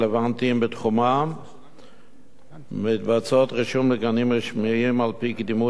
בתחומן מבצעות רישום לגנים רשמיים על-פי קדימות הגיל.